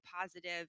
positive